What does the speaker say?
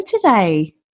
today